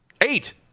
eight